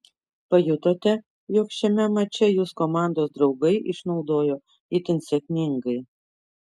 pajutote jog šiame mače jus komandos draugai išnaudojo itin sėkmingai